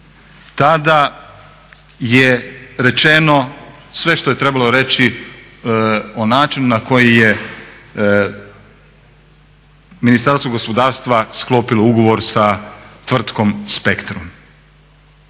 tada je rečeno sve što je trebalo reći o načinu na koji je Ministarstvo gospodarstva sklopilo ugovor sa tvrtkom "Spectrum".